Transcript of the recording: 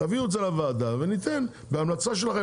תביאו את זה לוועדה וניתן, בהמלצה שלכם.